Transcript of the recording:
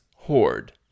horde